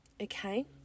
Okay